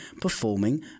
performing